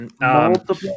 multiple